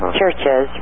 churches